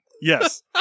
Yes